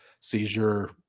seizure